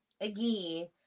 again